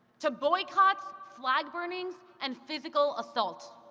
to boycotts, flag burnings, and physical assault.